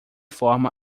forma